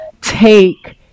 take